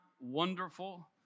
wonderful